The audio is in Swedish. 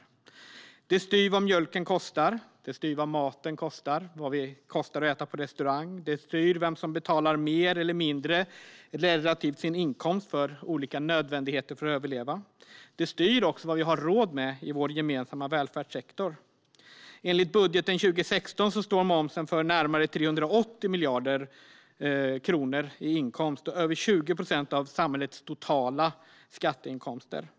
Momsen styr vad mjölken och maten kostar och vad det kostar att äta på restaurang. Momsen styr vem som betalar mer eller mindre i relation till sin inkomst för olika nödvändigheter för att överleva. Momsen styr också vad vi har råd med i vår gemensamma välfärdssektor. Enligt budgeten för 2016 står momsen för närmare 380 miljarder kronor och över 20 procent av samhällets totala skatteinkomster.